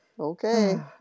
Okay